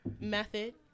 method